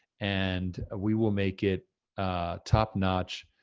and we will make it a top-notch,